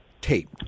tape